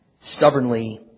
stubbornly